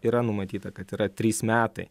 yra numatyta kad yra trys metai